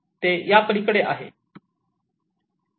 ते या पलीकडे आहे